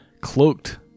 cloaked